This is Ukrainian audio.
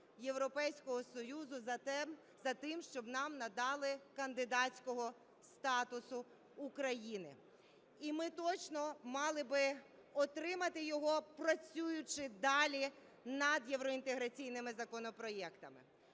Європейського Союзу за тим, щоб нам надали кандидатського статусу, Україні. І ми точно мали би отримати його, працюючи далі над євроінтеграційними законопроектами.